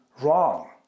wrong